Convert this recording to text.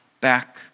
back